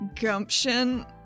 Gumption